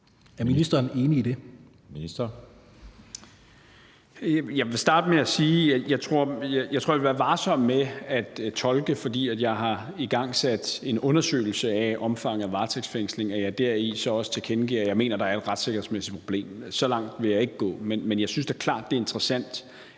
(Peter Hummelgaard): Jeg vil starte med at sige, at jeg tror, at man skal være varsom med at tolke det sådan, at jeg, fordi jeg har igangsat en undersøgelse af omfanget af varetægtsfængslinger, dermed så også tilkendegiver, at jeg mener, at der er et retssikkerhedsmæssigt problem. Så langt vil jeg ikke gå. Men jeg synes da klart, det er interessant